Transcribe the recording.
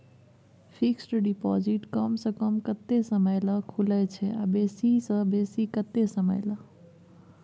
Fixed deposit कम स कम कत्ते समय ल खुले छै आ बेसी स बेसी केत्ते समय ल?